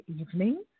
evening